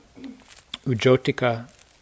Ujotika